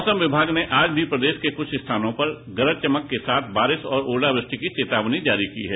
मौसम विभाग ने आज भी प्रदेश के कुछ स्थानों पर गरज चमक के साथ बारिश और ओलावृष्टि की चेतावनी जारी की है